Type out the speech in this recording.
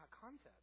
concept